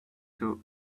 two